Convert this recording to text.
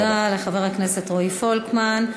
תודה לחבר הכנסת רועי פולקמן.